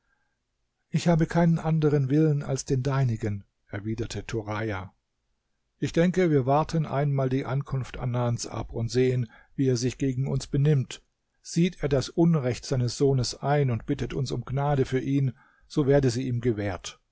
ich habe keinen anderen willen als den deinigen erwiderte turaja ich denke wir warten einmal die ankunft anans ab und sehen wie er sich gegen uns benimmt sieht er das unrecht seines sohnes ein und bittet uns um gnade für ihn so werde sie ihm gewährt